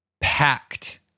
Packed